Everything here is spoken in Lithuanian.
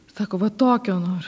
sako va tokio noriu